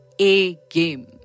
A-game